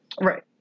Right